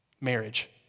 marriage